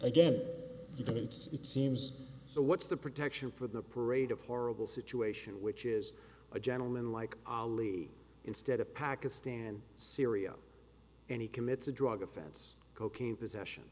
it's it seems so what's the protection for the parade of horrible situation which is a gentleman like ali instead of pakistan syria and he commits a drug offense cocaine possession